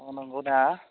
नंगौना